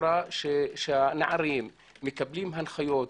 הנערים מקבלים הנחיות.